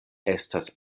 estas